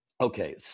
Okay